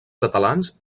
catalans